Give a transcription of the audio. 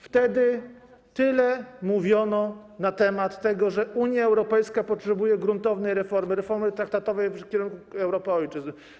Wtedy tyle mówiono na temat tego, że Unia Europejska potrzebuje gruntownej reformy, reformy traktatowej idącej w kierunku Europy ojczyzn.